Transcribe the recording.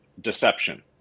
deception